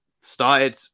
started